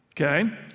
Okay